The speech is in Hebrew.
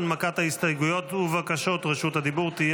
הנמקת ההסתייגויות ובקשות רשות הדיבור תהיה